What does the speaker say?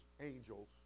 angels